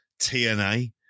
TNA